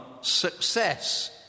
success